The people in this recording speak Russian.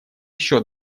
еще